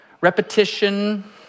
repetition